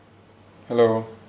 hello